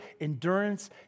endurance